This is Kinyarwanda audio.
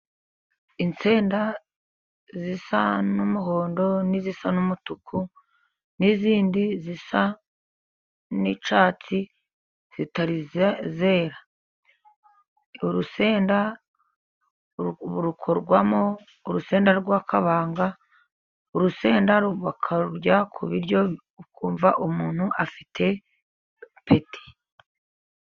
Insenda zisa n'umuhondo n'izisa n'umutuku, n'izindi zisa n'icyatsi zitari zera. Urusenda rukorwamo urusenda rwakabanga, urusenda rbakarurya ku biryo ukumva umuntu afite apeti.